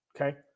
okay